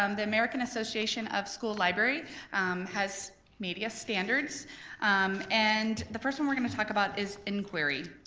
um the american association of school library has media standards and the first one we're gonna talk about is inquiry,